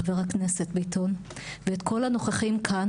חבר הכנסת ביטון ואת כל הנוכחים כאן